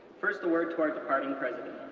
first, a word to our departing president.